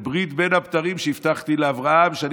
זאת ברית בין הבתרים שהבטחתי לאברהם שאני